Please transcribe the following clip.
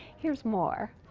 here's more.